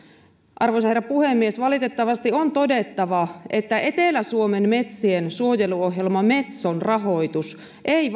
arvoisa herra puhemies valitettavasti on todettava että etelä suomen metsien suojeluohjelma metson rahoitus ei